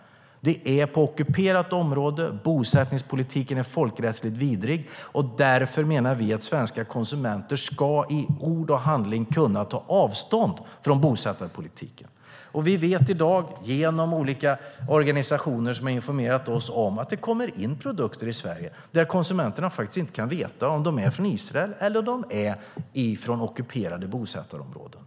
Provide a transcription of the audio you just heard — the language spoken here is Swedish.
Det är ockuperat område. Bosättningspolitiken är folkrättsligt vidrig. Därför menar vi att svenska konsumenter i ord och handling ska kunna ta avstånd från bosättningspolitiken. Vi vet i dag genom olika organisationer som informerat oss att det kommer in produkter i Sverige varom konsumenterna inte kan veta om de är från Israel eller från ockuperade bosättarområden.